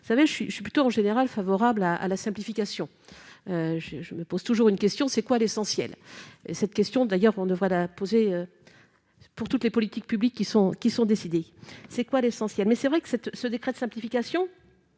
vous savez je suis je suis plutôt en général favorable à à la simplification, je me pose toujours une question : c'est quoi l'essentiel, cette question d'ailleurs vont devoir la poser pour toutes les politiques publiques qui sont, qui sont décédés, c'est quoi l'essentiel mais c'est vrai que cette ce décret de simplification,